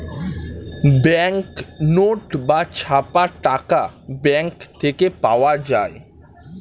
bank note বা ছাপা টাকা ব্যাঙ্ক থেকে পাওয়া যায়